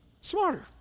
Smarter